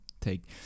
take